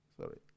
sorry